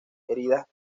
heridas